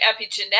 epigenetics